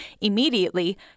Immediately